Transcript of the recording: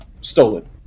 stolen